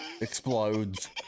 explodes